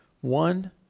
One